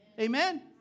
Amen